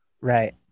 Right